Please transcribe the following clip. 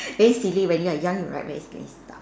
it is silly when you are young right write many stuff